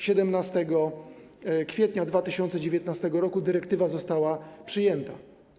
17 kwietnia 2019 r. dyrektywa została przyjęta.